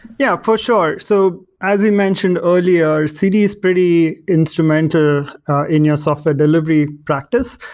yeah, for sure. so as we mentioned earlier, cd's pretty instrumental in your software delivery practice,